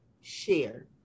share